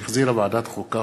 שהחזירה ועדת החוקה,